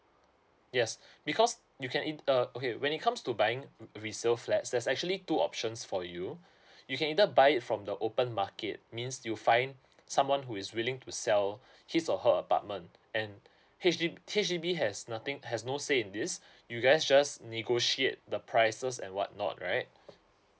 yes because you can it uh okay when it comes to buying resale flats there's actually two options for you you can either buy it from the open market means you find someone who is willing to sell his or her apartment and H D H_D_B has nothing has no say in this you guys just negotiate the prices and whatnot right